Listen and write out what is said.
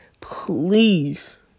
please